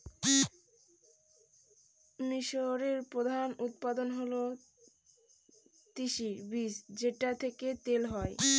মিশরের প্রধান উৎপাদন হল তিসির বীজ যেটা থেকে তেল হয়